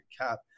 cap